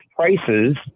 prices